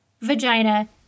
vagina